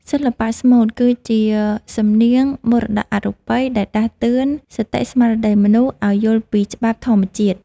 សិល្បៈស្មូតគឺជាសំនៀងមរតកអរូបិយដែលដាស់តឿនសតិស្មារតីមនុស្សឱ្យយល់ពីច្បាប់ធម្មជាតិ។